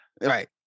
Right